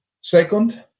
Second